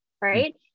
right